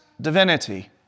divinity